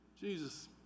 Jesus